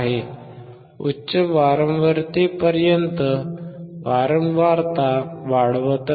उच्च वारंवारतेपर्यंत वारंवारता वाढवत राहू या